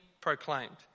proclaimed